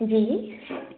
जी